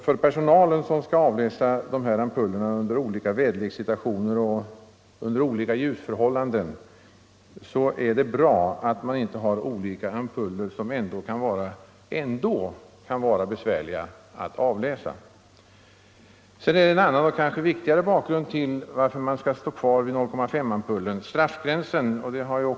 För personalen som skall avläsa ampullerna i olika väderlekssituationer och under skiftande ljusförhållanden är det bra att man inte har olika ampuller, eftersom de ändå kan vara besvärliga att avläsa. Sedan finns det en annan och kanske viktigare anledning till att vi bör fortsätta att använda 0,5-promilleampullerna.